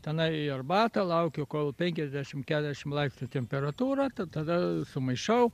tenai į arbatą laukiu kol penkiasdešimt keturiasdešimt laipsnių temperatūra tai tada sumaišau